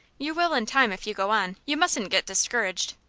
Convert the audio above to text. you will in time if you go on. you mustn't get discouraged.